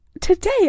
today